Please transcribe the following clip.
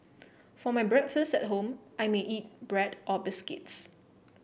for my breakfast at home I may eat bread or biscuits